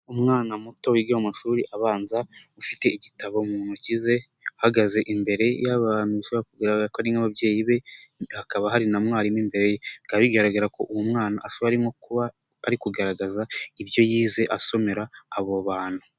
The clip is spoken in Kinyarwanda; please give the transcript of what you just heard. Umwana muto wiga mu mashuri abanza, ufite igitabo mu ntoki ze, ahagaze imbere y'abantu, bishobora kugiragara ko ari nk'ababyeyi be, hakaba hari na mwarimu imbere ye. Bikaba bigaragara ko uwo mwana ashobora arimo kuba ari kugaragaza ibyo yize asomera abo bantu.